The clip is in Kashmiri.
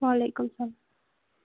وعلیکُم اسلام